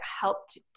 helped